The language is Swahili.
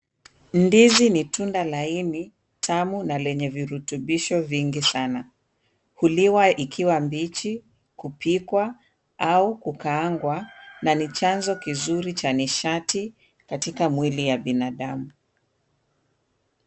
Ndizi ni tunda laini, tamu na lenye virutubisho vingi sana. Huliwa ikiwa mbichi, kupikwa au kukaangwa na ni chanz kizuri cha nishati katika mwili ya binadamu.